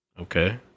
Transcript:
Okay